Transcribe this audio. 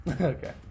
Okay